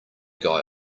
guy